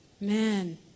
Man